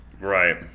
right